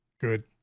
Good